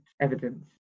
evidence